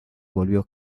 volvió